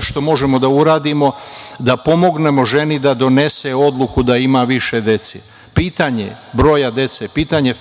što možemo da uradimo da pomognemo ženi da donese odluku da ima više dece. Pitanje broja dece, pitanje